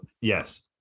Yes